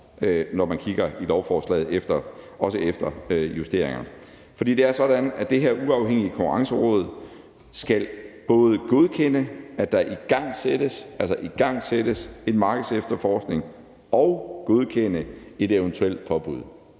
når man kigger på lovforslaget, også efter justeringerne. Det er sådan, at det her uafhængige Konkurrenceråd både skal godkende, at der igangsættes en markedsefterforskning og godkende et eventuelt påbud.